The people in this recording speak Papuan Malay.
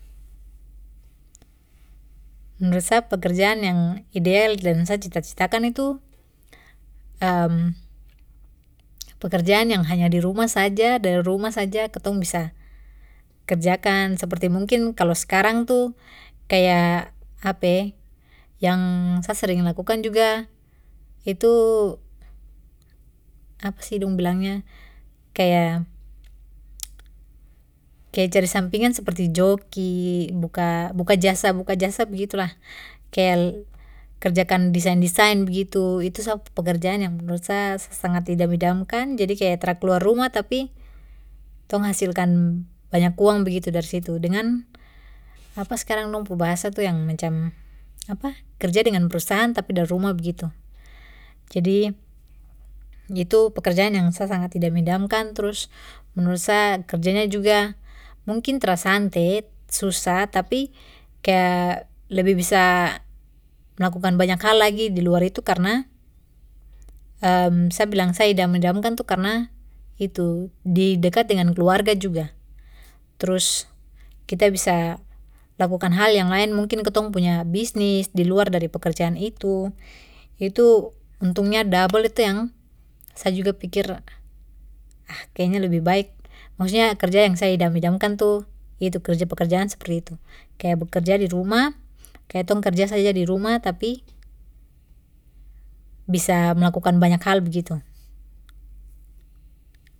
Menurut sa pekerjaan yang ideal dan sa cita citakan itu pekerjaan yang hanya di rumah saja dari rumah saja kitong bisa kerjakan seperti mungkin kalo skarang tu kaya yang sa sering lakukan juga itu, apa sih dong bilangnya kaya, kaya cari sampingan seperti joki buka buka jasa buka jasa begitulah kaya kerjakan desain desain begitu itu sa pekerjaan yang menurut sa sa sangat idam idamkan jadi kaya tra keluar tapi tong hasilkan banyak uang begitu dari situ dengan apa skarang dong pu bahasa tu yang macam apa kerja dengan perusahaan tapi dari rumah begitu, jadi itu pekerjaan yang sa sangat idam idamkan trus menurut sa kerjanya juga mungkin tra sante susah tapi kaya lebih bisa melakukan banyak hal lagi di luar itu karna sa bilang sa idam idamkan tu karna itu lebih dekat dengan keluarga juga. Trus, kita bisa lakukan hal yang lain mungkin kitong punya bisnis di luar dari pekerjaan itu, itu untungnya double itu yang sa juga pikir, kayanya lebih baik maksudnya kerja yang sa ida idamkan itu, itu kerja pekerjaan seperti itu kaya bekerja di rumah kaya tong kerja saja di rumah tapi, bisa melakukan banyak hal begitu.